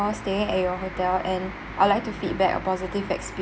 staying hotel and I would like to feedback a positive exper~